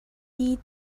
meet